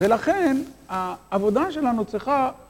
ולכן העבודה שלנו צריכה...